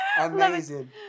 Amazing